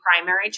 primary